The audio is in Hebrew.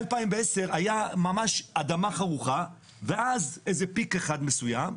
מ-2010 היה ממש אדמה חרוכה ואז איזה פיק אחד מסוים.